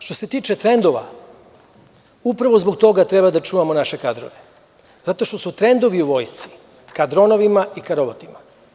Što se tiče trendova upravo zbog toga treba da čuvamo naše kadrove zato što su trendovi u vojsci ka dronovima i robotima.